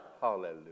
Hallelujah